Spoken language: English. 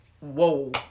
Whoa